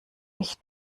ich